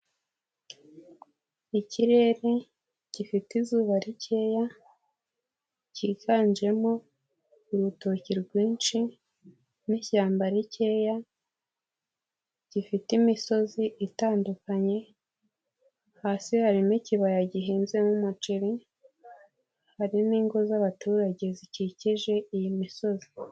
Ikirere gifite izuba rikeya kiganjemo urutoki rwinshi n'ishyamba rikeya, gifite imisozi itandukanye, hasi harimo ikibaya gihinze mo umuceri, hari n'ingo z'abaturage zikikije iyi misozi.